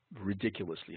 ridiculously